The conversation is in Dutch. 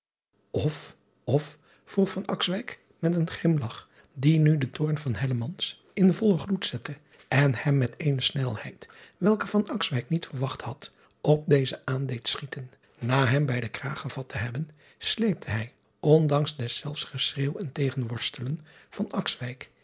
of vroeg met een grimlach die nu den toorn van in vollen gloed zette en hem met eene snelheid welke niet verwacht had op dezen aan deed schieten na hem bij den kraag gevat te hebben sleepte hij ondanks deszelfs geschreeuw en tegenworstelen